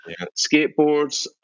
skateboards